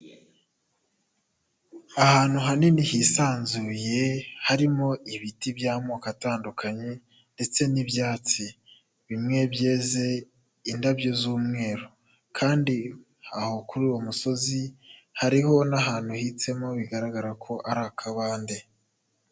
Ahantu hanini hisanzuye, harimo ibiti by'amoko atandukanye, ndetse n'ibyatsi. Bimwe byeze indabyo z'umweru. Kandi aho kuri uwo musozi hariho n'ahantu hitsemo, bigaragara ko ari akabande.